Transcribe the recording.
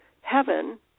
heaven